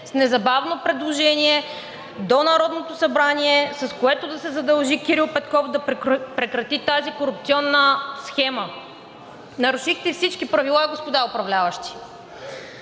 с незабавно предложение до Народното събрание, с което да се задължи Кирил Петков да прекрати тази корупционна схема. Нарушихте всички правила, господа управляващи!